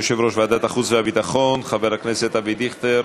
יושב-ראש ועדת החוץ והביטחון חבר הכנסת אבי דיכטר.